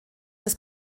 des